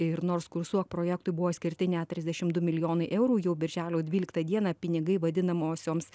ir nors kursuok projektui buvo skirti ne trisdešim du milijonai eurų jau birželio dvyliktą dieną pinigai vadinamosioms